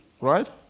right